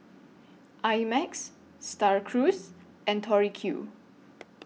I Max STAR Cruise and Tori Q